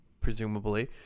presumably